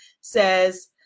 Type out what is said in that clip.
says